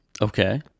Okay